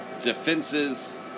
Defenses